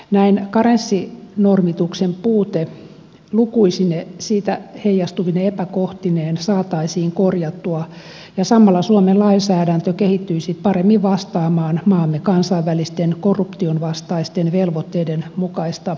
näin karenssinormituksen puute lukuisine siitä heijastuvine epäkohtineen saataisiin korjattua ja samalla suomen lainsäädäntö kehittyisi paremmin vastaamaan maamme kansainvälisten korruption vastaisten velvoitteiden mukaista oikeusvaltiollista tasoa